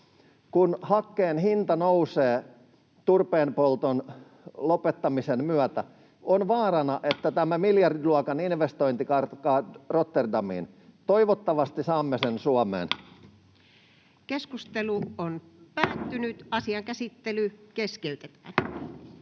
Kun hakkeen hinta nousee turpeen polton lopettamisen myötä, on vaarana, että tämä miljardiluokan investointi karkaa Rotterdamiin. Toivottavasti saamme sen Suomeen. Toiseen käsittelyyn esitellään